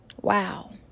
Wow